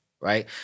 right